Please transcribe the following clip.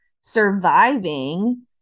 surviving